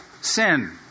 sin